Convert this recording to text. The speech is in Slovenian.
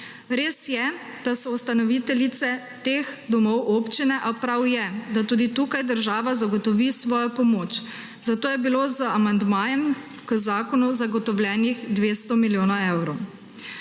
Res je, da so ustanoviteljice teh domov občine, a prav je, da tudi tukaj država zagotovi svojo pomoč. Zato je je bilo z amandmajem k zakonu zagotovljenih 200 milijonov evrov.